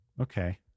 Okay